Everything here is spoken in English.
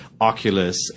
Oculus